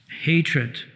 hatred